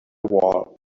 wall